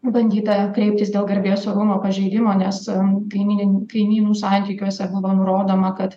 bandyta kreiptis dėl garbės orumo pažeidimo nes kaimyninių kaimynų santykiuose buvo nurodoma kad